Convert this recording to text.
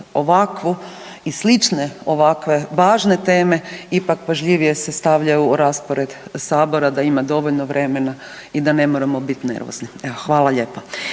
ovakvu i slične ovakve važne teme ipak pažljivije se stavljaju u raspored sabora da ima dovoljno vremena i da ne moramo biti nervozni, evo hvala lijepa.